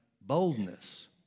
boldness